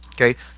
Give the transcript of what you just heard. okay